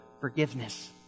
forgiveness